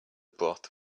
broth